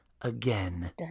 again